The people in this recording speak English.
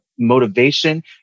motivation